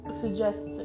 suggest